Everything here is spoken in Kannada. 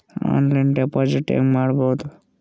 ಆನ್ಲೈನ್ನಲ್ಲಿ ಡೆಪಾಜಿಟ್ ಹೆಂಗ್ ಮಾಡುದು?